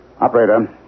Operator